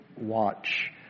watch